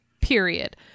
period